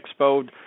Expo